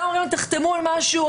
גם אומרים: תחתמו על משהו,